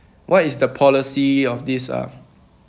what is the policy of this uh